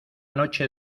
noche